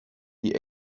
die